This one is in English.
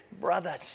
brothers